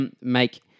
make